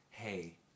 hey